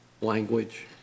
language